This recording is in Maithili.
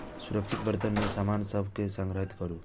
सुरक्षित बर्तन मे सामान सभ कें संग्रहीत करू